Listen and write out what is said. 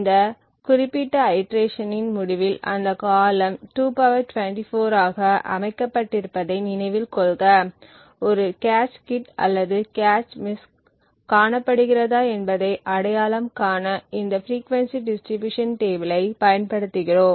இந்த குறிப்பிட்ட ஐட்ரேஷன் இன் முடிவில் அந்தக் காலம் 2 24 ஆக அமைக்கப்பட்டிருப்பதை நினைவில் கொள்க ஒரு கேச் ஹிட் அல்லது கேச் மிஸ் காணப்படுகிறதா என்பதை அடையாளம் காண இந்த பிரீகியென்சி டிஸ்ட்ரிபியூஷன் டேபிளைப் பயன்படுத்துகிறோம்